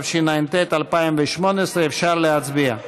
התשע"ט 2018. אפשר להצביע.